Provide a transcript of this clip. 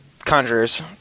Conjurers